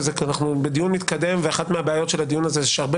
אנחנו בדיון מתקדם ואחת מהבעיות של הדיון הזה זה שהרבה